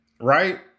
Right